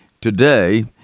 today